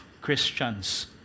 Christians